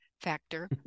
factor